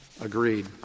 Agreed